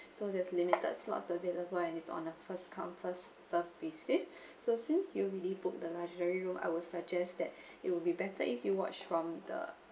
so there's limited slots available and is on a first come first serve basis so since you already book the luxury room I will suggest that it will be better if you watch from the